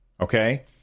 Okay